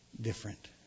different